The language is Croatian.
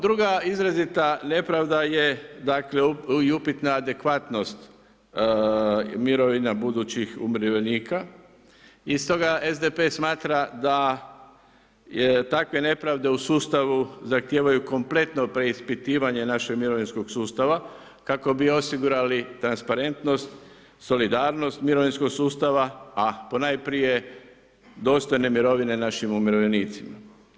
Druga izrazita nepravda je dakle, i upitna adekvatnost mirovina budućih umirovljenika i stoga SDP smatra da takve nepravde u sustavu zahtijevaju kompletno preispitivanje našeg mirovinskog sustava, kako bi osigurali transparentnost, solidarnost mirovinskog sustava, a ponajprije dostojne mirovine našim umirovljenicima.